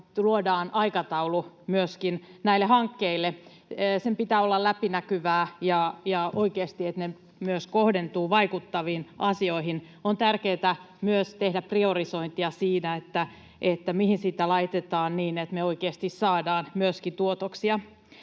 myöskin aikataulu näille hankkeille. Sen pitää olla läpinäkyvää, ja niiden on myös oikeasti kohdennuttava vaikuttaviin asioihin. On tärkeätä myös tehdä priorisointia siinä, mihin sitä laitetaan niin, että me oikeasti saadaan tuotoksia.